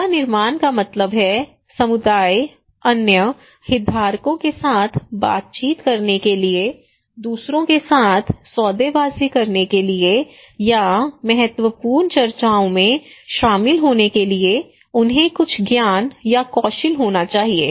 क्षमता निर्माण का मतलब है कि समुदाय अन्य हितधारकों के साथ बातचीत करने के लिए दूसरे के साथ सौदेबाजी करने के लिए या महत्वपूर्ण चर्चाओं में शामिल होने के लिए उन्हें कुछ ज्ञान या कौशल होने चाहिए